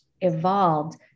evolved